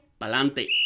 Pa'lante